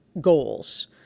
goals